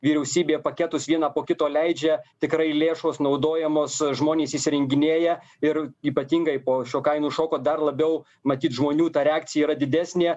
vyriausybė paketus vieną po kito leidžia tikrai lėšos naudojamos žmonės įsirenginėja ir ypatingai po šio kainų šoko dar labiau matyt žmonių ta reakcija yra didesnė